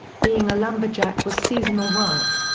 being a lumberjack was seasonal work.